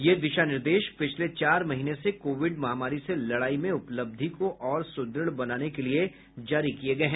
ये दिशा निर्देश पिछले चार महीने से कोविड महामारी से लड़ाई में उपलब्धि को और सुदृढ़ बनाने के लिए जारी किए गए हैं